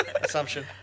Assumption